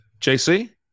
JC